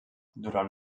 durant